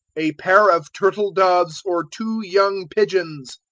a pair of turtle doves or two young pigeons.